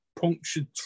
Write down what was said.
punctured